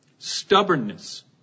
Stubbornness